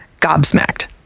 gobsmacked